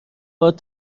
باهات